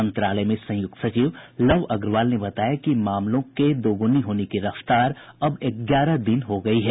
मंत्रालय में संयुक्त सचिव लव अग्रवाल ने बताया कि मामलों के दोगुनी होने की रफ्तार अब ग्यारह दिन हो गयी है